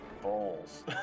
balls